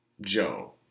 Joe